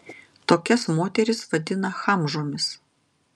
tokias moteris vadina chamžomis